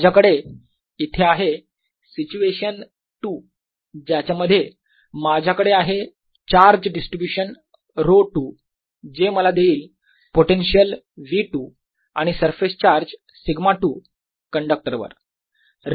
माझ्याकडे इथे आहे सिच्युएशन 2 ज्याच्या मध्ये माझ्याकडे आहे चार्ज डिस्ट्रीब्यूशन ρ2 जे मला देईल पोटेन्शियल v2 आणि सरफेस चार्ज σ2 कंडक्टरवर